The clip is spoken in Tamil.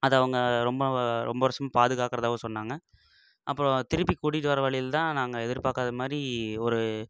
அதை அவங்க ரொம்ப வா ரொம்ப வருஷம் பாதுகாக்கறதாகவும் சொன்னாங்க அப்புறம் திருப்பி கூட்டிகிட்டு வர வழியில் தான் நாங்கள் எதிர்பார்க்காத மாதிரி ஒரு